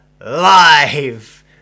live